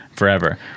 forever